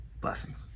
Blessings